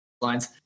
lines